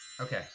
Okay